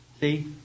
See